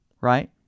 right